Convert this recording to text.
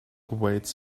awaits